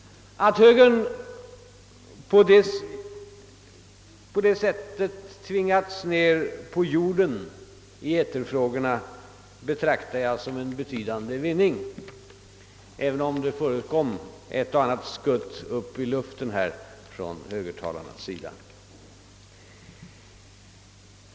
Att högern sålunda tvingats ned på jorden i eternfrågorna betraktar jag som en betydande vinst — låt vara att högertalarna här gjort ett och annat skutt upp i luften.